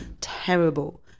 Terrible